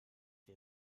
wir